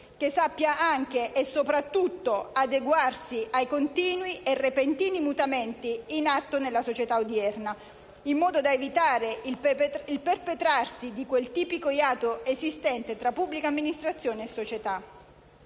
che sappia anche e soprattutto adeguarsi ai continui e repentini mutamenti in atto nella società odierna, in modo da evitare il perpetrarsi di quel tipico iato esistente tra pubblica amministrazione e società.